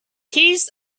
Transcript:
keys